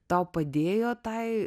tau padėjo tai